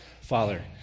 Father